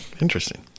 Interesting